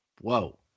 Whoa